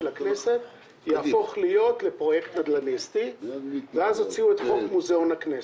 הכנסת יהפוך לפרויקט נדלניסטי ואז חוקקו את חוק מוזיאון הכנסת.